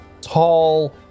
tall